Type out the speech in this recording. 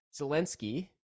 Zelensky